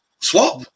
Swap